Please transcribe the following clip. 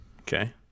Okay